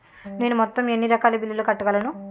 నేను మొత్తం ఎన్ని రకాల బిల్లులు కట్టగలను?